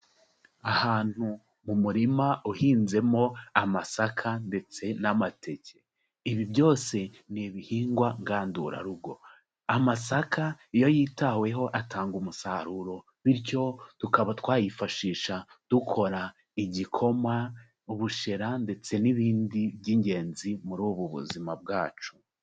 Ahantu mu murima uhinzemo amasaka ndetse n'amateke, ibi byose ni ibihingwa ngandurarugo, amasaka iyo yitaweho atanga umusaruro, bityo tukaba twayifashisha dukora igikoma, ubushera, ndetse n'ibindi by'ingenzi muri ubu buzima bwacu.